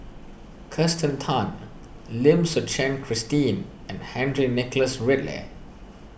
Kirsten Tan Lim Suchen Christine and Henry Nicholas Ridley